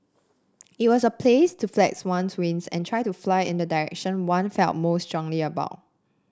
it was a place to flex one's wings and try to fly in the direction one felt most strongly about